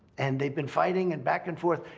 and they've been fighting and back and forth.